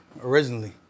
originally